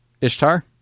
Ishtar